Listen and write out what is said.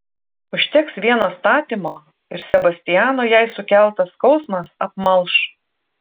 užteks vieno statymo ir sebastiano jai sukeltas skausmas apmalš